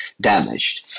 damaged